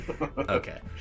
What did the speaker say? Okay